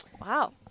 Wow